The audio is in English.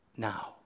Now